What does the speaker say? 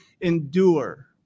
endure